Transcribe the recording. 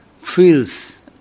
feels